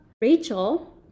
Rachel